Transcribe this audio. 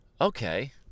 Okay